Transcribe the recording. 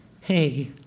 Hey